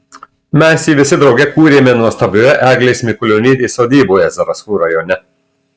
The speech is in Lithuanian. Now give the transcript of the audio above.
mes jį visi drauge kūrėme nuostabioje eglės mikulionytės sodyboje zarasų rajone